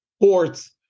ports